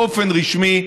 באופן רשמי,